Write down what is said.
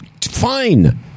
fine